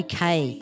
UK